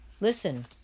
listen